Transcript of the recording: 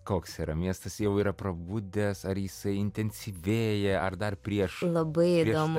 koks yra miestas jau yra prabudęs ar jisai intensyvėja ar dar prieš labai įdomu